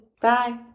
Bye